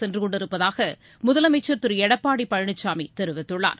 சென்றுகொண்டிருப்பதாக முதலமைச்சர் திரு எடப்பாடி பழனிசாமி தெரிவித்துள்ளார்